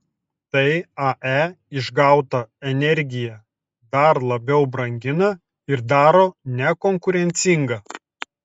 tai ae išgautą energiją dar labiau brangina ir daro nekonkurencingą